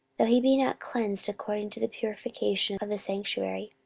though he be not cleansed according to the purification of the sanctuary.